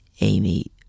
Amy